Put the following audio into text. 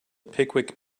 pickwick